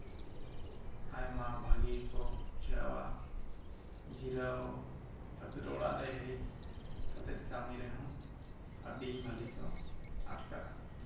ᱟᱭᱢᱟ ᱵᱷᱟᱹᱜᱤ ᱠᱚ ᱵᱩᱡᱷᱟᱹᱣᱟ ᱡᱤᱨᱟᱹᱣ ᱠᱟᱛᱮᱫ ᱚᱲᱟᱜ ᱨᱮ ᱦᱮᱡ ᱠᱟᱛᱮᱫ ᱠᱟᱹᱢᱤ ᱨᱮᱦᱚᱸ ᱟᱹᱰᱤ ᱵᱷᱟᱹᱞᱤ ᱠᱚ ᱟᱴᱠᱟᱨᱟ